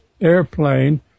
airplane